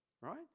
right